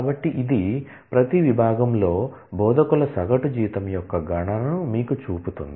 కాబట్టి ఇది ప్రతి విభాగంలో బోధకుల సగటు జీతం యొక్క గణనను మీకు చూపుతుంది